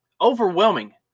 overwhelming